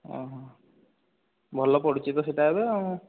ଭଲ ପଡ଼ୁଛି ତ ସେଇଟା ଏବେ ଆଉ